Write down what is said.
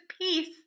peace